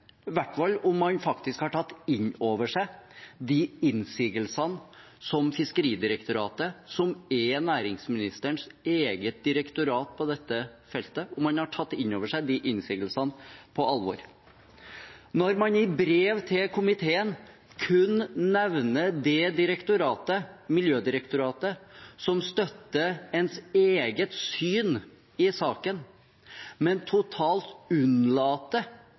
hvert fall om man faktisk har tatt inn over seg og tatt på alvor innsigelsene fra Fiskeridirektoratet, som er næringsministerens eget direktorat på dette feltet. Når man i brev til komiteen kun nevner det direktoratet, Miljødirektoratet, som støtter ens eget syn i saken, men totalt